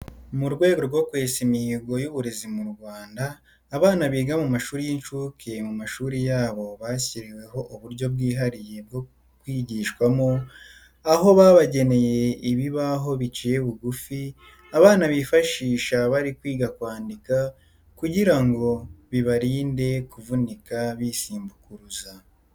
Mu rwego rwo kwesa imihogo y'uburezi hose mu Rwanda abana biga mu mashuri y'incuke mu mashuri yabo bashyiriweho uburyo bwihariye bwo kwigishwamo, aho babageneye ibibaho biciye bugufi abana bifashisha bari kwiga kwandika kugira ngo bibarinde kuvunika bisumbukuruza.